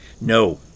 no